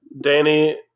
Danny